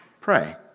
pray